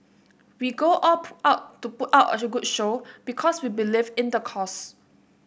we go all out to put up a good show because we believe in the cause